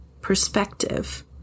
perspective